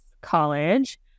college